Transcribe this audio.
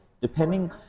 depending